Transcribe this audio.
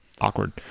awkward